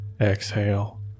Exhale